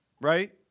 right